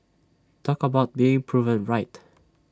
talk about being proven right